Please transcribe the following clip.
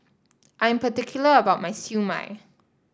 I am particular about my Siew Mai